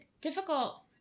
difficult